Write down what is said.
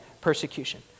persecution